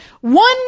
one